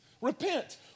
Repent